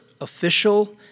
official